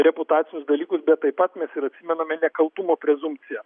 reputacijos dalykus bet taip pat mes ir atsimename nekaltumo prezumpciją